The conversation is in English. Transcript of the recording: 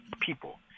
people